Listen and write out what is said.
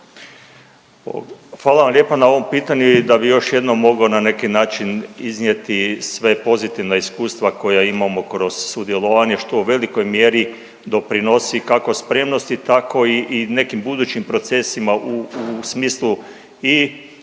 Hvala vam lijepa na ovom pitanju i da bi još jednom mogo na neki način iznijeti sve pozitivna iskustva koja imamo kroz sudjelovanje što u velikoj mjeri doprinosi kako spremnosti tako i nekim budućim procesima u smislu i